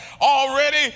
already